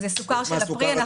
זה סוכר של הפרי.